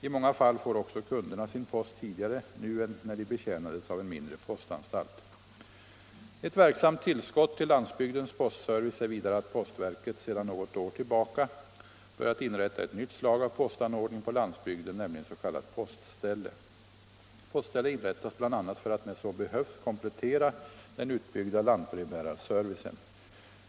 I många fall får också kunderna sin post tidigare nu än Ett verksamt tillskott till landsbygdens postservice är vidare att postverket sedan något år tillbaka börjat inrätta ett nytt slag av postanordning på landsbygden, nämligen s.k. postställe. Postställe inrättas bl.a. för att när så behövs komplettera den utbyggda lantbrevbärarservicen.